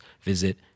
visit